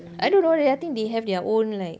I don't know they I think they have their own like